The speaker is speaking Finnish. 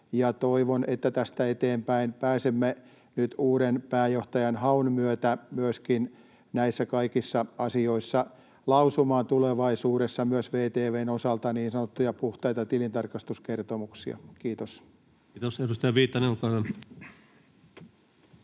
Toivon, että tästä eteenpäin pääsemme nyt uuden pääjohtajan haun myötä näissä kaikissa asioissa lausumaan tulevaisuudessa myös VTV:n osalta niin sanottuja puhtaita tilintarkastuskertomuksia. — Kiitos. [Speech 195] Speaker: